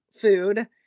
food